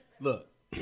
Look